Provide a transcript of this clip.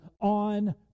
on